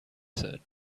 said